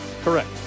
correct